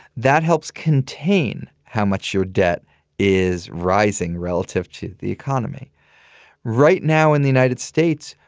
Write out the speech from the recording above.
that helps contain how much your debt is rising relative to the economy right now in the united states,